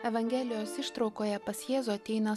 evangelijos ištraukoje pas jėzų ateina